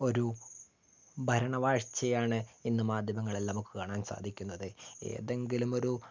ഒരു ഭരണവാഴ്ച്ചയാണ് ഇന്ന് മാധ്യമങ്ങൾ എല്ലാം നമുക്ക് കാണാൻ സാധിക്കുന്നത് ഏതെങ്കിലും ഒരു